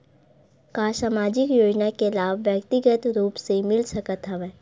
का सामाजिक योजना के लाभ व्यक्तिगत रूप ले मिल सकत हवय?